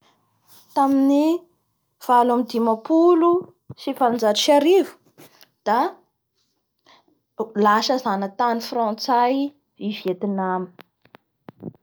Tamin'ny valo ambin'ny dimampolo sy valonjato sy arivo da lasa zanatany frantsay i Vietnam ka tamin'ny telo ambin'ny sivifolo sy sivanjato sy arivo koa lasa indochine ny frantsay avao koa i Vietnam.